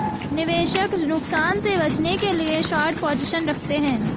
निवेशक नुकसान से बचने के लिए शार्ट पोजीशन रखते है